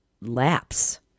lapse